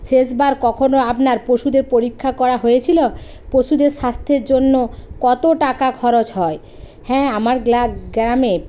শেষবার কখনো আপনার পশুদের পরীক্ষা করা হয়েছিলো পশুদের স্বাস্থ্যের জন্য কত টাকা খরচ হয় হ্যাঁ আমার গ্রামে